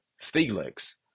Felix